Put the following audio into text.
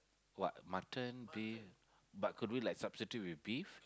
what mutton beef but could we like substitute with beef